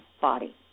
body